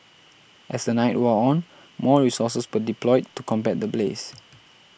as the night wore on more resources were deployed to combat the blaze